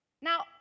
Now